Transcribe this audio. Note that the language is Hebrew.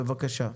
בבקשה.